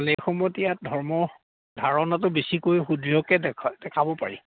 সেইসময়ত ইয়াত ধৰ্ম ধাৰণাটো বেছিকৈ দেখাব পাৰি